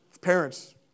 Parents